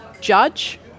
judge